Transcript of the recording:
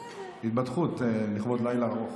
התבדחות, לכבוד לילה ארוך.